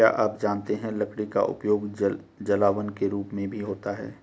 क्या आप जानते है लकड़ी का उपयोग जलावन के रूप में भी होता है?